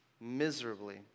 miserably